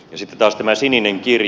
sitten taas tämä sininen kirja